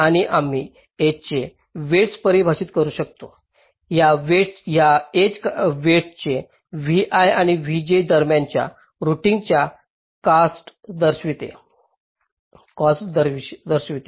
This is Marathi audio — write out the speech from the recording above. आणि आम्ही एजचे वेईटस परिभाषित करू शकतो त्या काठाचे वेईटस vi आणि vj दरम्यानच्या रूटिंगच्या कॉस्ट दर्शवेल